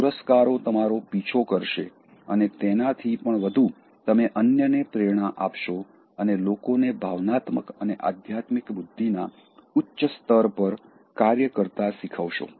પુરસ્કારો તમારો પીછો કરશે અને તેનાથી પણ વધુ તમે અન્યને પ્રેરણા આપશો અને લોકોને ભાવનાત્મક અને આધ્યાત્મિક બુદ્ધિના ઉચ્ચ સ્તર ઉપર કાર્ય કરતાં શીખવશો